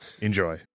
Enjoy